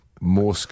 more